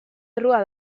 errua